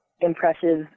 impressive